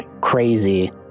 crazy